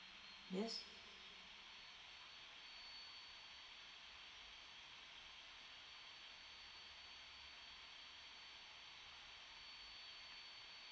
yes